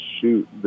shoot